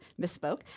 misspoke